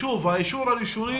שוב, האישור הראשוני,